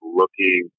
looking